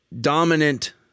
dominant